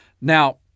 Now